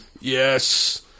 Yes